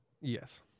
Yes